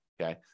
Okay